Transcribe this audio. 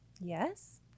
Yes